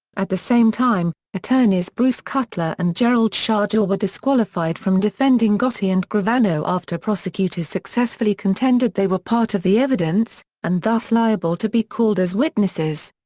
at the same time, attorneys bruce cutler and gerald shargel were disqualified from defending gotti and gravano after prosecutors successfully contended they were part of the evidence and thus liable to be called as witnesses.